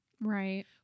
right